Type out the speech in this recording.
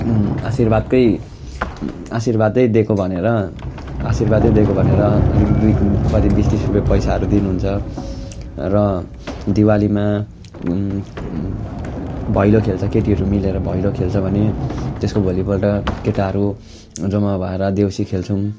आशीर्वादकै आशीर्वादै दिएको भनेर आशीर्वादै दिएको भनेर अलिकति दुई तिन कति बिस तिस रुपियाँ पैसाहरू दिनुहुन्छ र दिवालीमा भैलो खेल्छ केटीहरू मिलेर भैलो खेल्छ भने त्यसको भोलिपल्ट केटाहरू जम्मा भएर देउसी खेल्छौँ